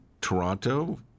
Toronto